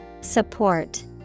Support